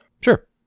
sure